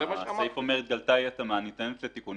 הסעיף אומר: התגלתה אי-התאמה הניתנת לתיקון,